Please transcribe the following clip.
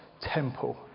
temple